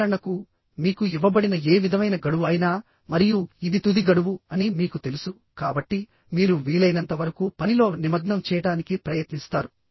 ఉదాహరణకు మీకు ఇవ్వబడిన ఏ విధమైన గడువు అయినా మరియు ఇది తుది గడువు అని మీకు తెలుసు కాబట్టి మీరు వీలైనంత వరకు పనిలో నిమగ్నం చేయడానికి ప్రయత్నిస్తారు